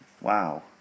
Wow